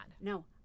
No